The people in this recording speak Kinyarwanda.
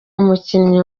umukinnyi